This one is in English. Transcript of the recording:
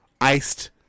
iced